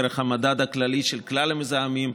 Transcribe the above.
דרך המדד הכללי של כלל המזהמים,